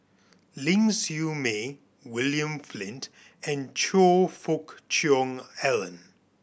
Ling Siew May William Flint and Choe Fook Cheong Alan